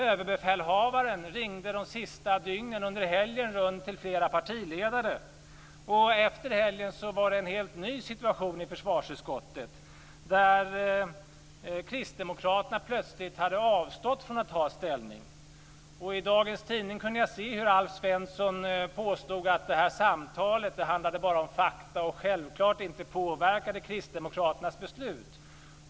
Överbefälhavaren ringde under de sista dygnen under helgen runt till flera partiledare. Efter helgen var det en helt ny situation i försvarsutskottet, där kristdemokraterna plötsligt avstod från att ta ställning. Och i dagens tidning kunde jag läsa hur Alf Svensson påstår att samtalet bara handlade om fakta och självklart inte påverkade kristdemokraternas beslut.